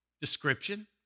description